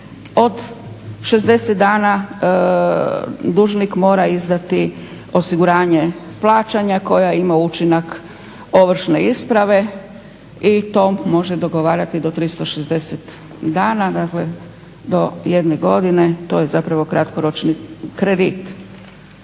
od 60 dana dužnik mora izdati osiguranje plaćanja koja ima učinak ovršne isprave i to može dogovarati do 360 dana, dakle do 1 godine, to je zapravo kratkoročni kredit.